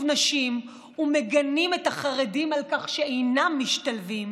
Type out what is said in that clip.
נשים ומגנים את החרדים על כך שאינם משתלבים,